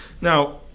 Now